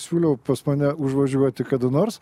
siūliau pas mane užvažiuoti kada nors